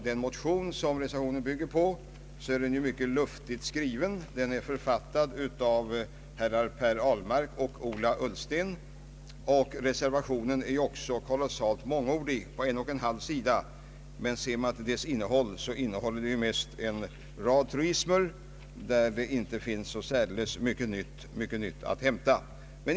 Den motion som reservationen bygger på är ju mycket luftigt skriven. Den är författad av herrar Per Ahlmark och Ola Ullsten. Reservationen är mycket mångordig och omfattar en och en halv sida, men ser man till dess innehåll finner man att den består mest av en rad truismer, där det inte finns så särdeles mycket nytt att hämta.